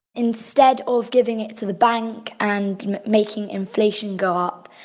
instead of giving it to the bank and making inflation go up,